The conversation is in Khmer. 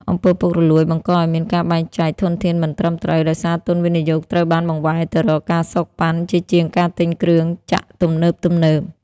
អំពើពុករលួយ បង្កឱ្យមានការបែងចែកធនធានមិនត្រឹមត្រូវ ដោយសារទុនវិនិយោគត្រូវបានបង្វែរទៅរកការសូកប៉ាន់ ជាជាងការទិញគ្រឿងចក្រទំនើបៗ។